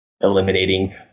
eliminating